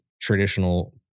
traditional